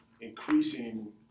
increasing